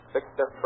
Victor